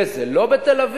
וזה לא בתל-אביב,